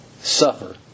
Suffer